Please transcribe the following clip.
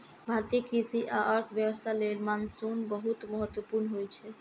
भारतीय कृषि आ अर्थव्यवस्था लेल मानसून बहुत महत्वपूर्ण होइ छै